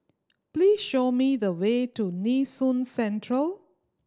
please show me the way to Nee Soon Central